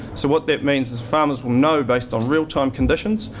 so what that means is farmers will know, based on real-time conditions,